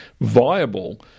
viable –